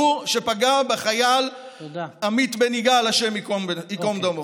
שפגע בחייל עמית בן יגאל, השם ייקום דמו.